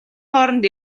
хооронд